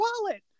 wallet